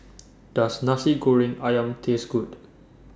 Does Nasi Goreng Ayam Taste Good